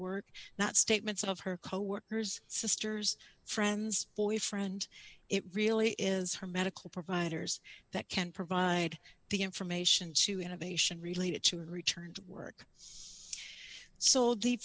work not statements of her coworkers sisters friends boyfriend it really is her medical providers that can provide the information to innovation related she returned work so